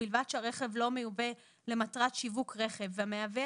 ובלבד שהרכב לא מיובא למטרת שיווק רכב והמייבא